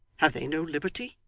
have they no liberty,